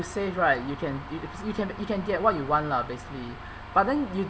save right you can you can just you can you can get what you want lah basically but then you